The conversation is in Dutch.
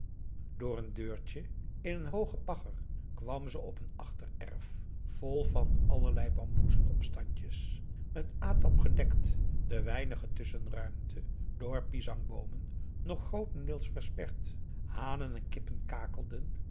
door een deurtje in een hooge pagger kwam ze op een achtererf vol van allerlei bamboezen opstandjes met atap gedekt de weinige tusschenruimte door pisangboomen nog grootendeels versperd hanen en kippen kakelden